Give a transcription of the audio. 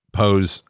pose